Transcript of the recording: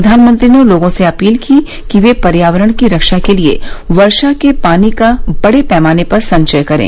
प्रधानमंत्री ने लोगों से अपील की कि वे पर्यावरण की रक्षा के लिए वर्षा के पानी का बडे पैमाने पर संचय करें